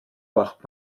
wacht